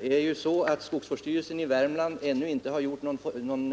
Herr talman! Skogsvårdsstyrelsen i Värmlands län har ännu inte gjort någon